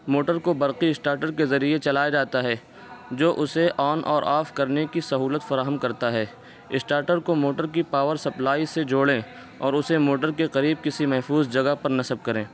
motor کو برقی starter کے ذریعے چلایا جاتا ہے جو اسے آن اور آف کرنے کی سہولت فراہم کرتا ہے اسٹارٹر کو موٹر کی پاور سپلائی سے جوڑیں اور اسے موٹر کے قریب کسی محفوظ جگہ پر نصب کریں